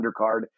undercard